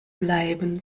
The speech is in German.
bleiben